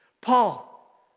Paul